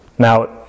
Now